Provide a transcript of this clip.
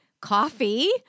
coffee